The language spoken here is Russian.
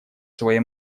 своей